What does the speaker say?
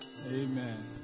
amen